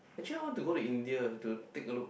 actually I want to go to India to take a look